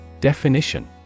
Definition